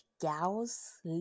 gals